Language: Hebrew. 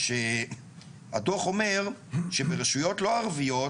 הדו"ח אומר שברשויות לא ערביות,